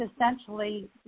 essentially